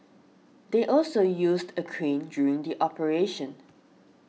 they also used a crane during the operation